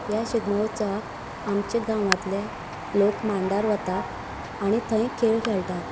ह्या शिगमो उत्सवाक आमचे गांवांतले लोक मांडार वतात आनी थंय खेळ खेळतात